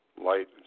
light